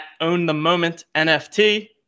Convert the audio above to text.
OwnTheMomentNFT